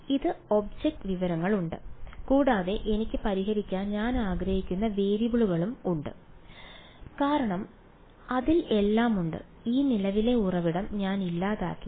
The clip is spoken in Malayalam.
ഇതിന് ഒബ്ജക്റ്റ് വിവരങ്ങളുണ്ട് കൂടാതെ എനിക്ക് പരിഹരിക്കാൻ ഞാൻ ആഗ്രഹിക്കുന്ന വേരിയബിളും ഉണ്ട് കാരണം അതിൽ എല്ലാം ഉണ്ട് ഈ നിലവിലെ ഉറവിടം ഞാൻ ഇല്ലാതാക്കി